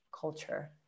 culture